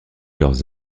les